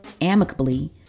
amicably